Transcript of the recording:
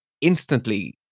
instantly